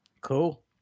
Cool